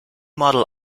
model